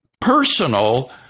personal